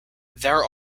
there